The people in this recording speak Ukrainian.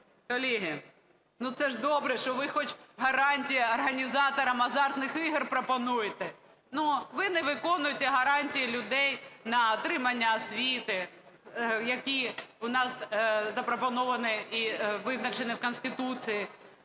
Колеги, це ж добре, що ви хоч гарантії організаторам азартних ігор пропонуєте, но ви не виконуєте гарантії людей на отримання освіти, які у нас запропоновані і визначені в Конституції.